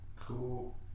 Cool